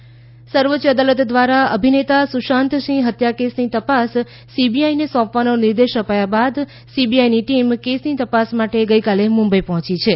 સુશાંતસીંહ્ સર્વોચ્ય અદાલતે અભિનેતા સુશાંતસિંહ હત્યા કેસની તપાસ સીબીઆઈને સોપવાનો નિર્દેશ અપાયા બાદ સીબીઆઈની ટીમ કેસની તપાસ માટે ગઈકાલે મુંબઈ પહોંચી છે